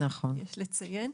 יש לציין,